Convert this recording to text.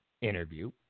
interview